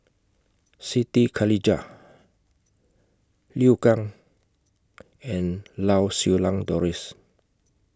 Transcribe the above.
Siti Khalijah Liu Kang and Lau Siew Lang Doris